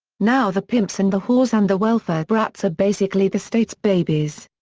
now the pimps and the whores and the welfare brats are basically the state's babies.